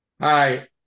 Hi